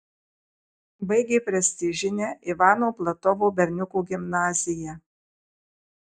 baigė prestižinę ivano platovo berniukų gimnaziją